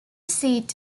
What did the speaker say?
seat